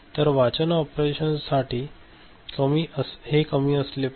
तर वाचन ऑपरेशन्ससाठी हे कमी असले पाहिजे